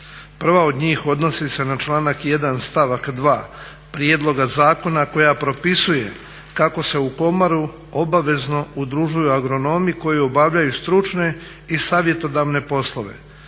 Prva od njih odnosi se na članak 1. stavak 2. prijedloga zakona koja propisuje kako se u komoru obavezno udružuju agronomi koji obavljaju stručne i savjetodavne poslove